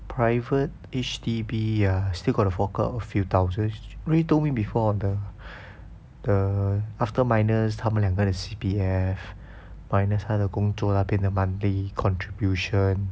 private H_D_B ah still got to fork out a few thousand ray told me before the the after minus 他们两个的 C_P_F minus 他的工作那边的 monthly contribution